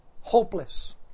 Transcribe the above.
hopeless